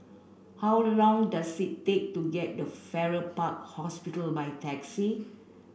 how long does it take to get to Farrer Park Hospital by taxi